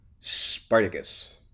Spartacus